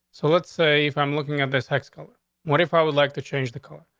so let's say if i'm looking at this hex color what if i would like to change the car,